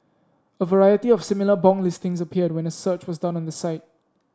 a variety of similar bong listings appeared when a search was done on the site